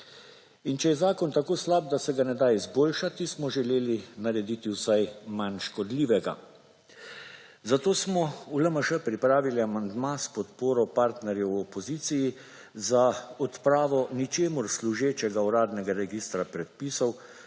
če je zakon tako slab, da se ga ne da izboljšati smo želeli narediti vsaj manj škodljivega, zato smo v LMŠ pripravili amandma s podporo partnerji v opoziciji za odpravo ničemur služečega uradnega registra predpisov